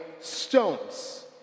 stones